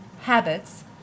habits